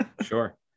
Sure